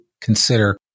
consider